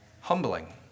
humbling